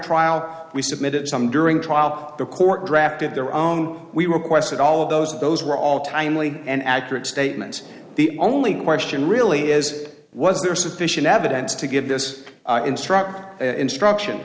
trial we submitted some during trial the court drafted their own we requested all of those those were all timely and accurate statement the only question really is was there sufficient evidence to give this instruction instruction